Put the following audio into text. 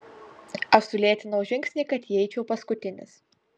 aš sulėtinau žingsnį kad įeičiau paskutinis